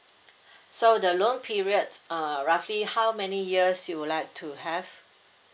so the loan periods uh roughly how many years you would like to have